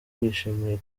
bishimiye